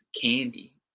candy